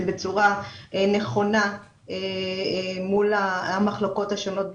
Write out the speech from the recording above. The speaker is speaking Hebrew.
בצורה נכונה מול המחלקות השונות ברשות,